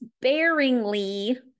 sparingly